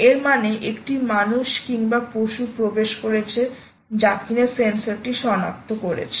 এর মানে একটি মানুষ কিংবা পশু প্রবেশ করেছে যা কিনা সেন্সরটি শনাক্ত করেছে